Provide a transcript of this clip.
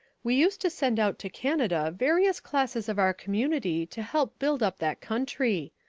we used to send out to canada various classes of our community to help build up that country.